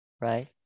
right